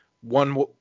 one